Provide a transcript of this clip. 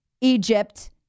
Egypt